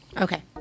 Okay